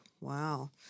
Wow